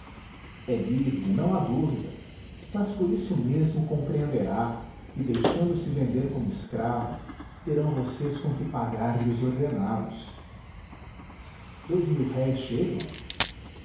é livre não há dúvida mas por isso mesmo compreenderá que deixando-se vender como escravo terão vocês www nead unama br com que pagar-lhe os ordenados dous mil-réis chegam